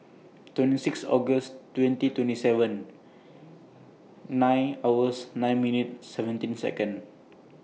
twenty six August twenty twenty seven nine hours nine minutes seventeen Second